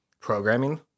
Programming